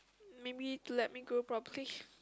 maybe to let me grow properly